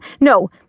no